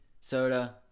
soda